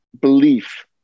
belief